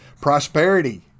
Prosperity